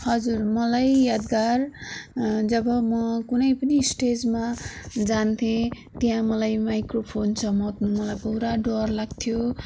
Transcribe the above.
हजुर मलाई यादगार जब म कुनै पनि स्टेजमा जान्थे त्यहाँ मलाई माइक्रोफोन समात्नु मलाई पुरा डर लाग्थ्यो